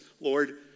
Lord